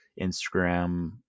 Instagram